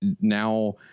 now